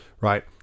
right